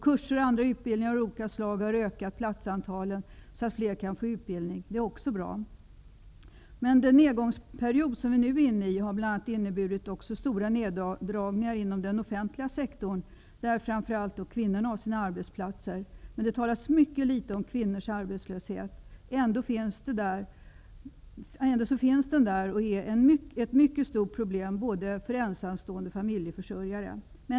Kurser och andra utbildningar av olika slag har ökat platsantalet så att fler kan få utbildning. Det är också bra. Den nedgångsperiod som vi nu är inne i har bl.a. inneburit stora neddragningar inom den offentliga sektorn, där framför allt kvinnorna har sina arbetsplatser. Men det talas mycket litet om kvinnors arbetslöshet. Ändå finns den där och är ett mycket stort problem, både för ensamstående och för familjeförsörjare.